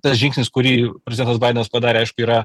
tas žingsnis kurį prezidentas baidenas padarė aišku yra